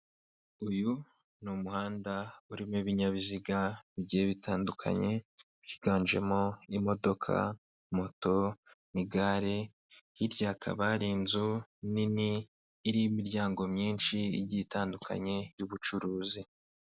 Uyu ni umuhanda urimo ibinyabiziga bigiye bitandukanye byiganjemo imodoka moto n'igare hiryakaba ari inzu nini irimo imiryango myinshi igiye itandukanye y'ubucuruzi.